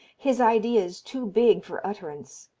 his ideas too big for utterance.